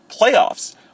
playoffs